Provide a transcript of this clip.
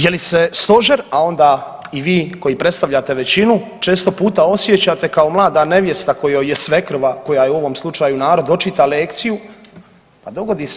Je li se Stožer a onda i vi koji predstavljate većinu često puta osjećate kao mlada nevjesta kojoj je svekrva, koja je u ovom slučaju „narod“ očita lekciju pa dogodi se.